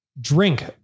drink